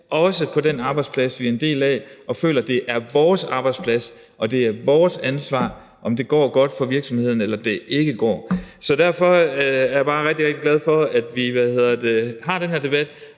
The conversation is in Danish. også på den arbejdsplads, vi er en del af, og at vi føler, at det er vores arbejdsplads, og at det er vores ansvar, om det går godt for virksomheden eller det ikke gør. Så derfor er jeg bare rigtig, rigtig glad for, at vi har den her debat,